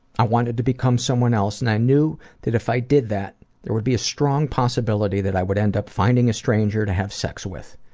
i wanted to become someone else and i knew that if i did that there would be a strong possibility that i would end up finding a stranger to have sex with.